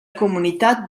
comunitat